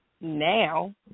now